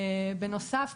בנוסף,